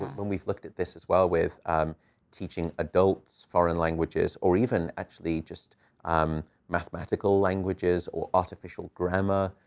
when we've looked at this as well with teaching adults foreign languages, or even actually just um mathematical languages or artificial grammar,